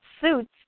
suits